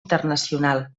internacional